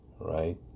Right